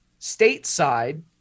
stateside